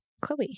Chloe